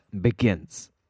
begins